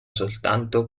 soltanto